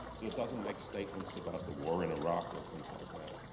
so it doesn't make statements about the war in iraq, or things like that.